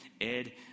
Ed